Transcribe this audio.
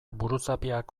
buruzapiak